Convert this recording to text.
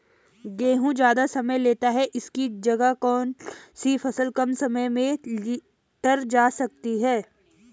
गेहूँ ज़्यादा समय लेता है इसकी जगह कौन सी फसल कम समय में लीटर जा सकती है?